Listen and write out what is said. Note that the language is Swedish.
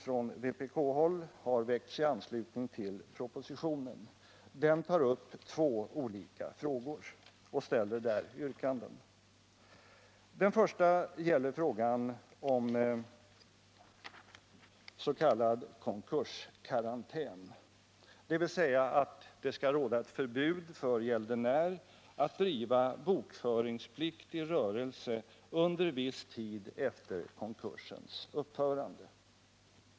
Den andra vpk-motionen har väckts i anslutning till propositionen. Den behandlar två olika frågor, i vilka yrkanden framställs. Det första yrkandet gäller frågan om s.k. konkurskarantän, dvs. att det skall råda ett förbud för gäldenären att driva bokföringspliktig rörelse under viss tid efter konkursens upphörande.